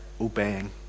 obeying